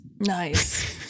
Nice